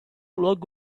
lock